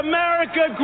America